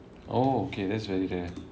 oh okay that's very